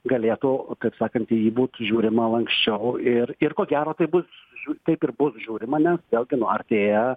galėtų kaip sakant į jį būt žiūrima lanksčiau ir ir ko gero tai bus taip ir bus žiūrima nes vėlgi nu artėja